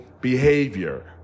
behavior